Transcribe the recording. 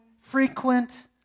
frequent